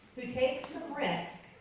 who takes some risk,